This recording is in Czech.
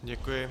Děkuji.